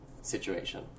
situation